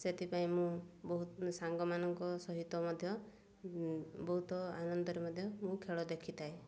ସେଥିପାଇଁ ମୁଁ ବହୁତ ସାଙ୍ଗମାନଙ୍କ ସହିତ ମଧ୍ୟ ବହୁତ ଆନନ୍ଦରେ ମଧ୍ୟ ମୁଁ ଖେଳ ଦେଖିଥାଏ